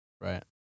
right